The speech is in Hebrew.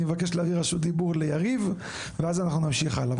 מבקש להעביר את רשות הדיבור ליריב ואז נמשיך הלאה,